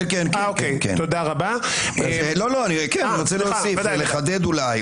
אני רוצה להוסיף ולחדד אולי.